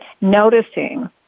noticing